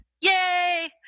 yay